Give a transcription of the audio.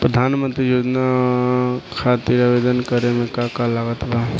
प्रधानमंत्री योजना खातिर आवेदन करे मे का का लागत बा?